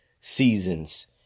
seasons